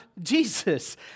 Jesus